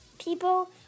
people